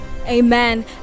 Amen